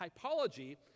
typology